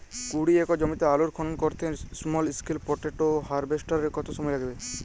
কুড়ি একর জমিতে আলুর খনন করতে স্মল স্কেল পটেটো হারভেস্টারের কত সময় লাগবে?